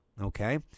Okay